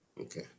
Okay